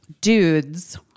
dudes